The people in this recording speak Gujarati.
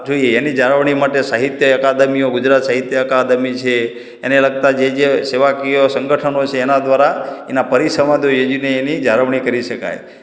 જોઈએ એની જાળવણી માટે સાહિત્ય એકાદમીઓ ગુજરાત સાહિત્ય અકાદમી છે એને લગતાં જે જે સેવાકીયો સંગઠનો છે એનાં દ્વારા એના પરિસંવાદો યોજીને એની જાળવણી કરી શકાય